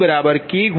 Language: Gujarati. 56 222